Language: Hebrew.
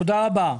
תודה רבה.